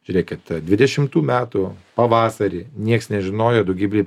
žiūrėkit dvidešimtų metų pavasarį nieks nežinojo daugybė